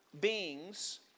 beings